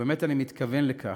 ובאמת אני מתכוון לכך,